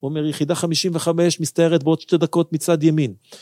אומר יחידה חמישים וחמש מסתערת בעוד שתי דקות מצד ימין.